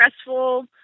stressful